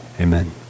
Amen